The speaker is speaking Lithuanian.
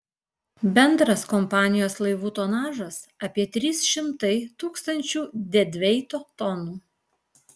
bendras kompanijos laivų tonažas apie trys šimtai tūkstančių dedveito tonų